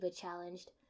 challenged